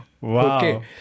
Wow